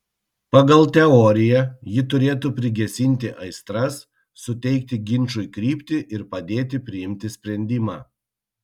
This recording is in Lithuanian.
pagal teoriją ji turėtų prigesinti aistras suteikti ginčui kryptį ir padėti priimti sprendimą